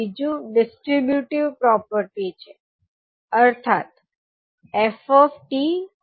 બીજુ distributive property છે અર્થાત f𝑡 ∗ 𝑥𝑡 𝑦𝑡 𝑓𝑡 ∗ 𝑥𝑡 𝑓𝑡 ∗ 𝑦𝑡